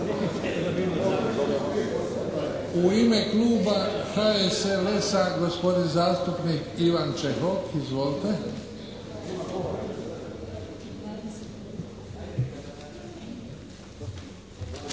U ime kluba HSLS-a gospodin zastupnik Ivan Čehok. Izvolite.